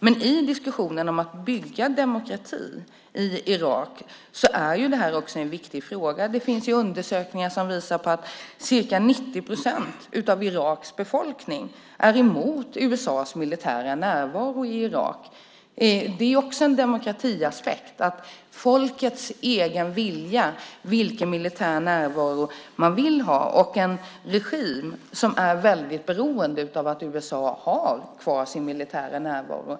Men i diskussionen om att bygga demokrati i Irak är det här en viktig fråga. Det finns undersökningar som visar att ca 90 procent av Iraks befolkning är emot USA:s militära närvaro i Irak. Det är också en demokratiaspekt - folkets egen vilja när det gäller vilken militär närvaro man vill ha och en regim som är väldigt beroende av att USA har kvar sin militära närvaro.